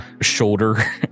shoulder